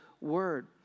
word